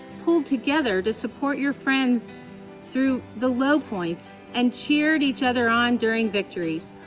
pulled together to support your friends through the low points and cheered each other on during victories,